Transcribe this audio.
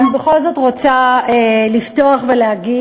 אבל אני בכל זאת רוצה לפתוח ולהגיד,